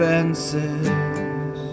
fences